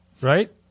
right